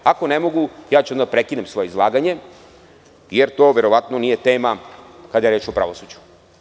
Ako ne mogu, onda ću prekinuti svoje izlaganje, jer to verovatno nije tema kada je reč o pravosuđu.